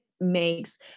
makes